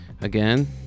Again